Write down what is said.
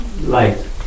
light